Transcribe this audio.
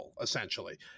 essentially